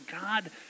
God